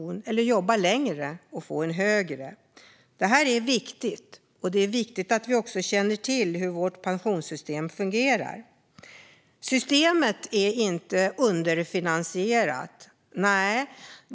Annars kan man jobba längre och få en högre. Detta är viktigt. Det är också viktigt att man känner till hur pensionssystemet fungerar. Systemet är inte underfinansierat.